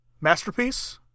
Masterpiece